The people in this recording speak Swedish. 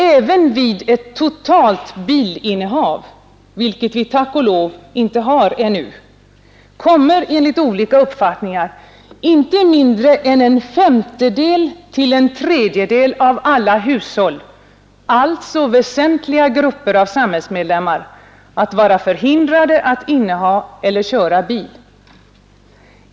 Även vid ett totalt bilinnehav, vilket vi tack och lov inte har ännu, kommer enligt olika uppfattningar inte mindre än en femtedel till en tredjedel av alla hushåll, alltså väsentliga grupper av samhällsmedlemmar, att vara förhindrade att inneha eller köra bil.